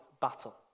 battle